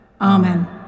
Amen